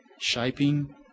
shaping